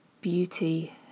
beauty